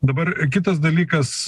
dabar kitas dalykas